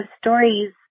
stories